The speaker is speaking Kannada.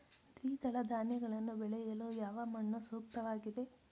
ದ್ವಿದಳ ಧಾನ್ಯಗಳನ್ನು ಬೆಳೆಯಲು ಯಾವ ಮಣ್ಣು ಸೂಕ್ತವಾಗಿದೆ?